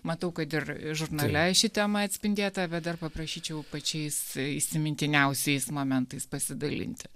matau kad ir žurnale ši tema atspindėta bet dar paprašyčiau pačiais įsimintiniausiais momentais pasidalinti